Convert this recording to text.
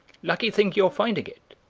lucky thing your finding it,